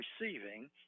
receiving